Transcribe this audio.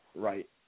Right